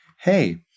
hey